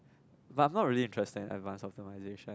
but I'm not really interested in advance optimisation